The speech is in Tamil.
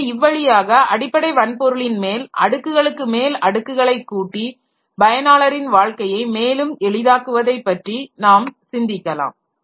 எனவே இவ்வழியாக அடிப்படை வன்பொருளின் மேல் அடுக்குகளுக்கு மேல் அடுக்குகளை கூட்டி பயனாளரின் வாழ்க்கையை மேலும் எளிதாக்குவதை பற்றி நாம் சிந்திக்கலாம்